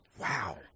Wow